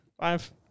Five